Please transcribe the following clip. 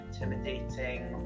intimidating